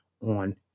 on